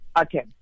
Okay